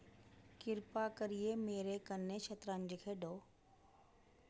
किरपा करियै मेरे कन्नै शतरंज खेढो